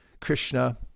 Krishna